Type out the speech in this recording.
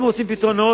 אם רוצים פתרונות,